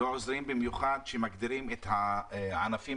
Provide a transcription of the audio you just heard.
לא עוזרים במיוחד כשמגדירים את הענפים